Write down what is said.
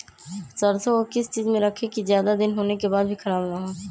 सरसो को किस चीज में रखे की ज्यादा दिन होने के बाद भी ख़राब ना हो?